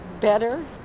better